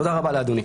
תודה רבה לאדוני.